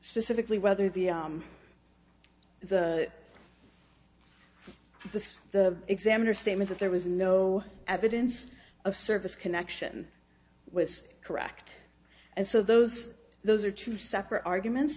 specifically whether the the the the examiner statement that there was no evidence of service connection was correct and so those those are two separate arguments